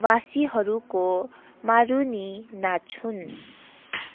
भाषीहरूको मारुनी नाच हुन्